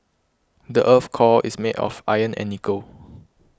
the earth's core is made of iron and nickel